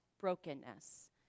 brokenness